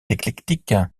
éclectique